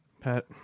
Pat